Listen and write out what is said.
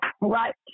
Right